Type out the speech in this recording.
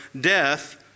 death